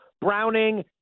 Browning